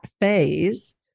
phase